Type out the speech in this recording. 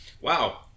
Wow